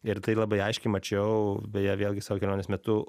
ir tai labai aiškiai mačiau beje vėlgi savo kelionės metu